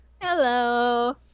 hello